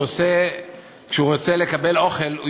כשהוא רוצה לקבל אוכל,